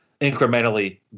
incrementally